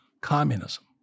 communism